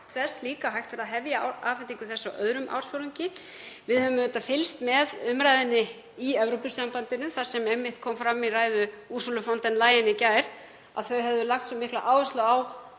vænst að hægt verði að hefja afhendingu þess á öðrum ársfjórðungi. Við höfum auðvitað fylgst með umræðunni í Evrópusambandinu þar sem einmitt kom fram í ræðu Ursulu von der Leyen í gær að þau hefðu lagt svo mikla áherslu á